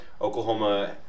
Oklahoma